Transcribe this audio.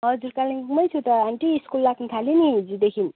हजुर कालिम्पोङमै छु त आन्टी स्कुल लाग्नु थाल्यो नि हिजोदेखि